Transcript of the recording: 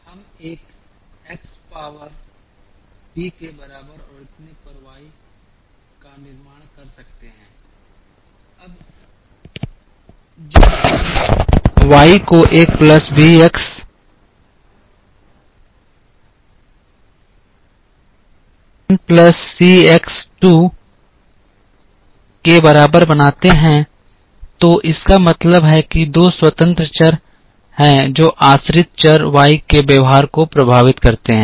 हम एक x power b के बराबर और इतने पर y का निर्माण कर सकते हैं अब जब हम y को एक plus b x one plus c x 2 के बराबर बनाते हैं तो इसका मतलब है कि दो स्वतंत्र चर हैं जो आश्रित चर y के व्यवहार को प्रभावित करते हैं